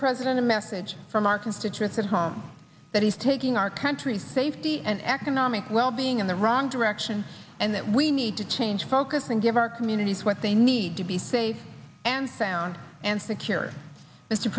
president a message from our constituents at home that he's taking our country safety and economic well being in the wrong direction and that we need to change focus and give our communities what they need to be safe and sound and secure